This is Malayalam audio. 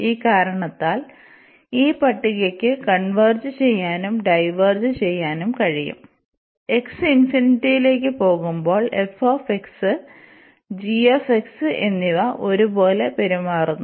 ഈ കാരണത്താൽ ഈ പട്ടികയ്ക്ക് കൺവെർജ് ചെയ്യാനും ഡൈവേർജ് ചെയ്യാനും കഴിയും x ഇൻഫിനിറ്റിയിലേക്ക് പോകുമ്പോൾ f g എന്നിവ ഒരുപോലെ പെരുമാറുന്നു